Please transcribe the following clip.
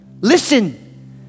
Listen